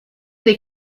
they